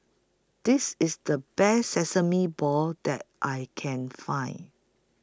This IS The Best Sesame Balls that I Can Find